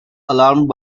alarmed